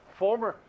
former